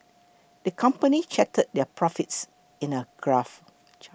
the company charted their profits in a graph